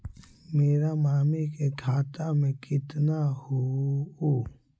मेरा मामी के खाता में कितना हूउ?